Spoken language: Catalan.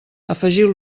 afegiu